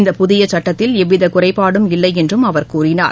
இந்த புதிய சட்டத்தில் எவ்வித குறைபாடும் இல்லை என்றும் அவர் கூறினார்